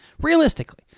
Realistically